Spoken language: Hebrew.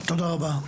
תודה רבה.